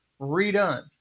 redone